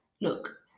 look